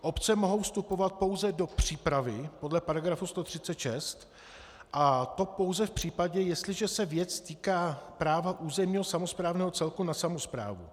Obce mohou vstupovat pouze do přípravy podle § 136, a to pouze v případě, jestliže se věc týká práva územního samosprávného celku na samosprávu.